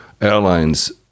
airlines